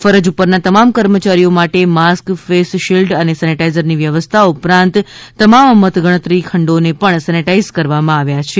ફરજ ઉપરના તમામ કર્મચારીઓ માટે માસ્ક ફેસ શિલ્ડ અને સેનીટાઈઝરની વ્યવસ્થા ઉપરાંત તમામ મતગણતરી ખંડો ને પણ સેનીટાઈઝ કરવામાં આવ્યા છે